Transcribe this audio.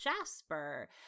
Jasper